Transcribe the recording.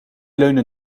leunde